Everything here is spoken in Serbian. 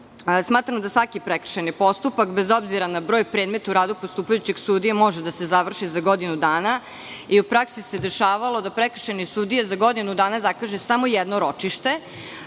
da svaki prekršajni postupak bez obzira na broj predmeta u radu postupajućeg sudije može da se završi za godinu dana i u praksi se dešavalo da prekršajni sudija za godinu dana zakaže samo jedno ročište,